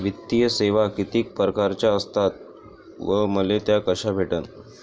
वित्तीय सेवा कितीक परकारच्या असतात व मले त्या कशा भेटन?